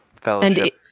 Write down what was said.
Fellowship